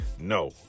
no